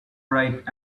bright